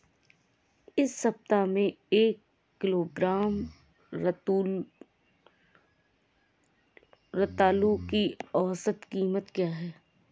इस सप्ताह में एक किलोग्राम रतालू की औसत कीमत क्या है?